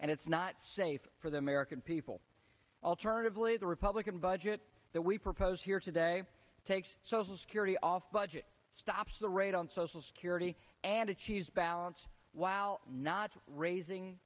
and it's not safe for the american people alternatively the republican budget that we propose here today takes social security off budget stops the raid on social security and a cheese balance while not raising